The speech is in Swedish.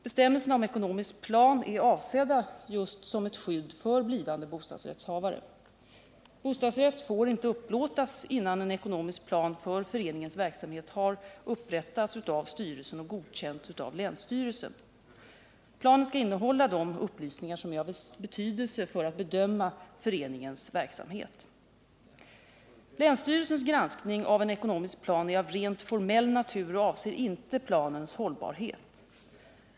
Bestämmelserna om ekonomisk plan är avsedda just som ett skydd för blivande bostadsrättshavare. Bostadsrätt får inte upplåtas innan en ekonomisk plan för föreningens verksamhet har upprättats av styrelsen och godkänts av länsstyrelsen. Planen skall innehålla de upplysningar som är av betydelse för att bedöma föreningens verksamhet. Länsstyrelsens granskning av en ekonomisk plan är av rent formell natur och avser inte planens hållbarhet.